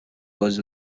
was